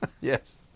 Yes